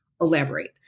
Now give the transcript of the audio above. elaborate